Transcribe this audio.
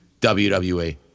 wwe